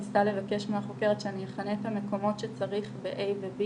ניסתה לבקש מהחוקרת שאני אכנה את המקומות שצריך ב- A ו- B,